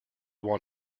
want